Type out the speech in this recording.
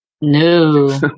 No